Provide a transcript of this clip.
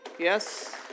Yes